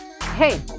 hey